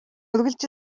үргэлж